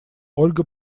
ольга